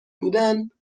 بودند